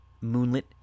Moonlit